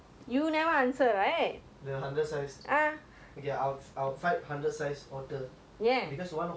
the hundred size okay I I would fight hundred size otter because one horse size otter is frightening so frightening